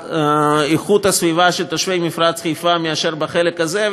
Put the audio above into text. באיכות הסביבה של תושבי מפרץ חיפה מאשר בחלק הזה,